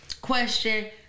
Question